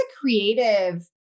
creative